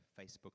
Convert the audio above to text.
Facebook